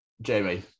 Jamie